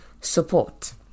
support